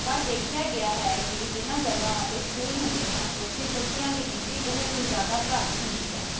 ਪਰ ਦੇਖਿਆ ਗਿਆ ਹੈ ਕਿ ਜਿਹਨਾਂ ਜਗ੍ਹਾਵਾਂ 'ਤੇ ਸਕੂਲ ਹੁੰਦੇ ਹਨ ਉੱਥੇ ਬੱਚਿਆਂ ਦੀ ਗਿਣਤੀ ਬਹੁਤ ਹੀ ਜ਼ਿਆਦਾ ਘੱਟ ਹੁੰਦੀ ਹੈ